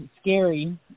scary